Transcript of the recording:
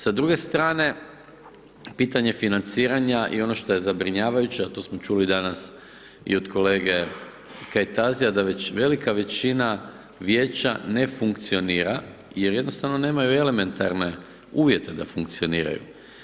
Sa druge strane pitanje financiranja i ono što je zabrinjavajuće, a to smo čuli danas i od kolege Kajtazija, da već velika većina vijeća ne funkcionira, jer jednostavno nemaju elementarne uvijete da funkcioniraju.